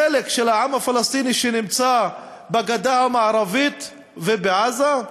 החלק של העם הפלסטיני שנמצא בגדה המערבית ובעזה,